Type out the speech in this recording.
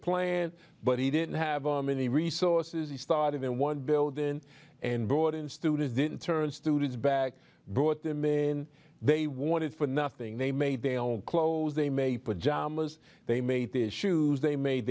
plant but he didn't have many resources he started in one building and brought in students didn't turn students back brought them in they wanted for nothing they made their own clothes they made pajamas they made the shoes they made